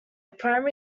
primary